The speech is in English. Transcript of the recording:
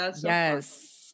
Yes